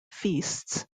feasts